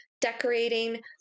decorating